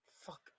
Fuck